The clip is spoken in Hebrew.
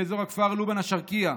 באזור הכפר לובן א-שרקייה,